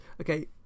Okay